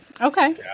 Okay